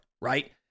right